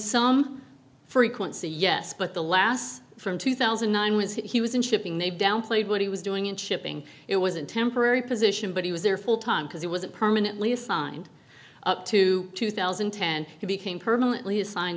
some frequency yes but the last from two thousand and nine was that he was in shipping they downplayed what he was doing in shipping it was a temporary position but he was there full time because he was a permanently assigned up to two thousand and ten he became permanently assigned